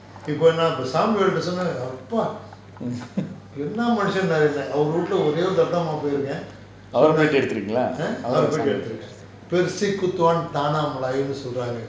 அவரை பேட்டி எடுத்து இருக்கீங்களா:avarai paetti eduthu irukeengalaa